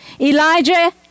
Elijah